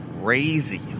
crazy